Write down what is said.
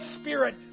Spirit